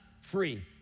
free